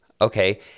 Okay